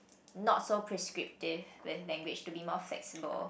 not so prescriptive when language to be more flexible